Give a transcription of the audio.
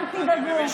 אל תדאגו.